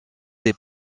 les